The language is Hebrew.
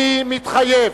אני מתחייב,